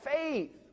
faith